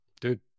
dude